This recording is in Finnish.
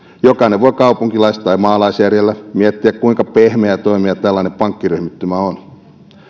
jokainen voi kaupunkilais tai maalaisjärjellä miettiä kuinka pehmeä toimija tällainen pankkiryhmittymä on